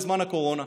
בזמן הקורונה,